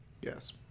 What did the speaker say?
Yes